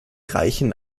reichen